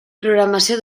programació